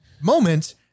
moment